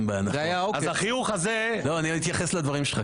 אז החיוך הזה --- אתייחס לדברים שלך,